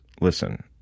Listen